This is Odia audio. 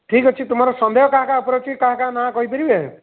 ଠିକ୍ ଅଛି ତୁମର ସନ୍ଦେହ କାହା କାହା ଉପରେ ଅଛି କାହା କାହା ନା କହିପାରିବେ